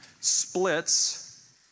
splits